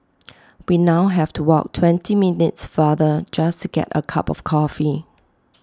we now have to walk twenty minutes farther just to get A cup of coffee